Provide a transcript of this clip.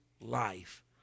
life